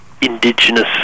indigenous